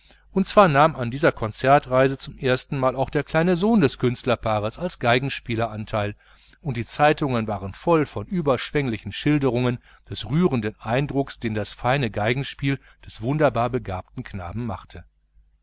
und zwar nahm an dieser konzertreise zum erstenmal auch der kleine sohn des künstlerpaares als violinspieler anteil und die zeitungen waren voll von überschwänglichen schilderungen des rührenden eindrucks den das geniale violinspiel des wunderbar begabten knaben mache